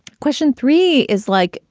question three is like,